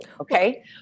Okay